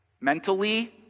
mentally